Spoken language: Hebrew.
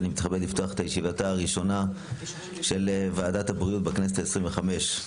אני מתכבד לפתוח את ישיבתה הראשונה של ועדת הבריאות בכנסת ה-25,